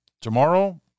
Tomorrow